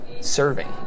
serving